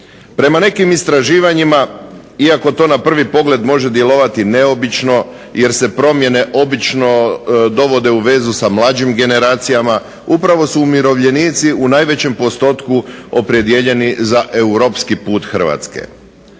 Prema nekim istraživanjima iako to na prvi pogled može djelovati neobično jer se promjene obično dovode u vezu sa mlađim generacijama upravo su umirovljenici u najvećem postotku opredijeljeni za europski put Hrvatske.